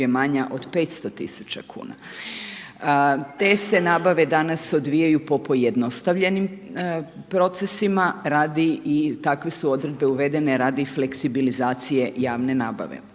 manja od 500 tisuća kuna. Te se nabave danas odvijaju po pojednostavljenim procesima i takve su odredbe uvedene radi fleksibilizacije javne nabave.